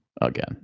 again